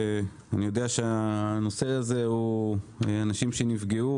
אני יודע שאנשים שנפגעו,